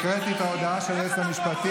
זו הדיקטטורה החדשה של ישראל.